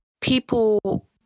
people